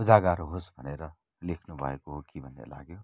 उजागार होस् भनेर लेख्नुभएको हो कि भन्ने लाग्यो